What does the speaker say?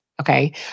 Okay